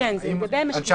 אנשי